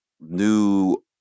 new